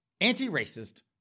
anti-racist